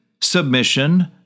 submission